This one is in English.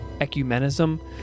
Ecumenism